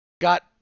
got